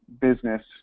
business